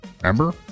remember